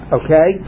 okay